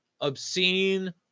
obscene